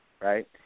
right